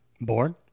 born